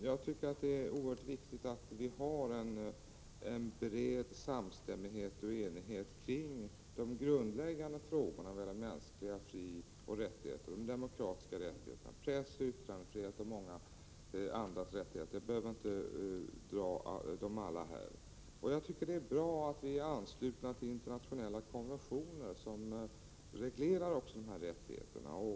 Herr talman! Det är oerhört viktigt att vi har en bred samstämmighet kring de grundläggande frågorna om mänskliga fricoh rättigheter och om de demokratiska rättigheterna, pressoch yttrandefrihet och många andra rättigheter, som jag inte behöver räkna upp här. Det är också bra att vi är anslutna till internationella konventioner som reglerar dessa rättigheter.